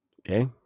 Okay